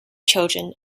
children